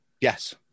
yes